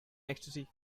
ecstasy